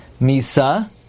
Misa